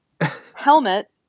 Helmet